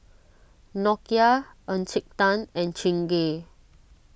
Nokia Encik Tan and Chingay